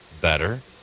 better